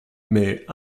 mais